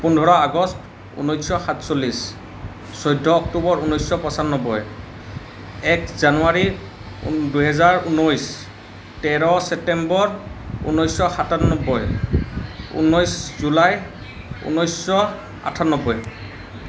পোন্ধৰ আগষ্ট ঊনৈছশ সাতচল্লিশ চৈধ্য অক্টোবৰ ঊনৈছশ পঞ্চানব্বৈ এক জানুৱাৰী উ দুহেজাৰ ঊনৈছ তেৰ ছেপ্তেম্বৰ ঊনৈছশ সাতানব্বৈ ঊনৈছ জুলাই ঊনৈছশ আঠান্নব্বৈ